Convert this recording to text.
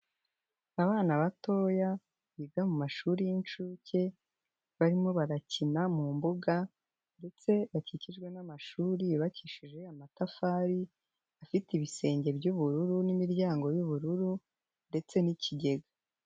Abana batoya biga mu mashuri y'inshuke, barimo barakina mu mbuga ndetse bakikijwe n'amashuri yubakishije amatafari, afite ibisenge by'ubururu n'imiryango y'ubururu ndetse n'ikigega.